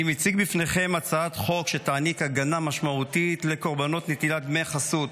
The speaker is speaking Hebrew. אני מצג בפניכם הצעת חוק שתעניק הגנה משמעותית לקורבנות נטילת דמי חסות,